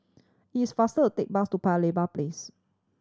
it is faster to take the bus to Paya Lebar Place